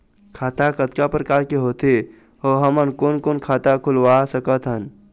खाता कतका प्रकार के होथे अऊ हमन कोन कोन खाता खुलवा सकत हन?